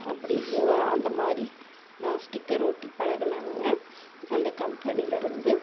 அப்படி ஓ அந்தமாதிரி நான் ஸ்டிக்கர் ஒட்டிப் பழகுனேனுங்க அந்த கம்பெனிலேருந்து